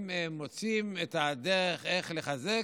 מוצאת את הדרך איך לחזק.